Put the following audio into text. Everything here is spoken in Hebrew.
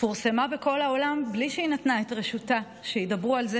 פורסמה בכל העולם בלי שהיא נתנה את רשותה שידברו על זה